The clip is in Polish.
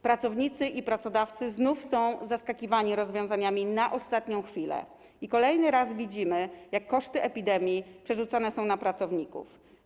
Pracownicy i pracodawcy znów są zaskakiwani rozwiązaniami na ostatnią chwilę i kolejny raz widzimy, jak koszty epidemii przerzucane są na pracowników.